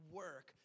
work